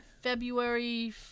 February